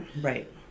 Right